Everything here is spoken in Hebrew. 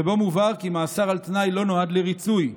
ובו מובהר כי מאסר על תנאי לא נועד לריצוי,